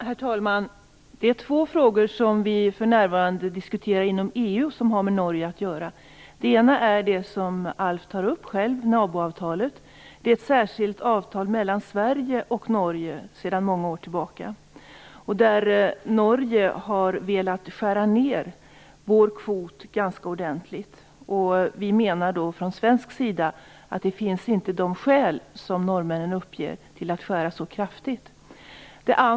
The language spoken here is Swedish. Herr talman! Det är två frågor som har med Norge att göra som vi för närvarande diskuterar inom EU. Den ena frågan är den som Alf Eriksson tar upp, som rör naboavtalet. Det är ett särskilt avtal mellan Sverige och Norge sedan många år tillbaka, där Norge har velat skära ned vår kvot ganska ordentligt. Vi menar då från svensk sida att de skäl som norrmännen uppger för att skära ned så kraftigt inte finns.